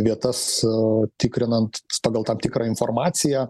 vietas o tikrinant pagal tam tikrą informaciją